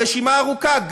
הרשימה ארוכה,